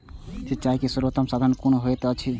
सिंचाई के सर्वोत्तम साधन कुन होएत अछि?